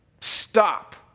stop